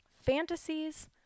Fantasies